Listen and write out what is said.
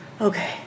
okay